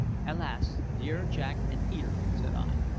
alas! dear jack and peterkin, said i,